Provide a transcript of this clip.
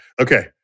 Okay